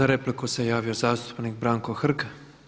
Za repliku se javio zastupnik Branko Hrg.